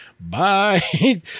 bye